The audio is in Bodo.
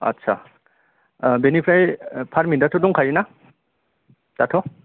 आत्सा ओह बेनिफ्राइ फारमिदाथ' दंखायो ना दाथ'